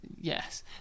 Yes